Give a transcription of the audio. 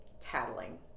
tattling